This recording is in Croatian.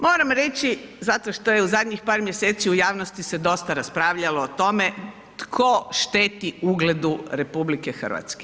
Moram reći zato što je u zadnjih par mjeseci u javnosti se dosta raspravljalo o tome tko šteti ugledu RH.